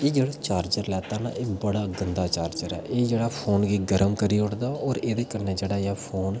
एह् जेह्ड़ा चार्जर लैता ना एह् बड़ा गंदा चार्जर ऐ जेह्ड़ा फोन गी गर्म करी ओड़दा ते कन्नै एह्दे कन्नै जेह्ड़ा फोन